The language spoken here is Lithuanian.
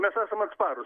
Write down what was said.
mes esam atsparūs